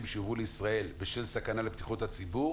שיובאו לישראל בשל סכנה לבטיחות הציבור